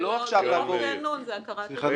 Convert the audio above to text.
זה לא רק ריענון, זה הכרת הנהלים.